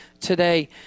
today